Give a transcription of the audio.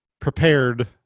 prepared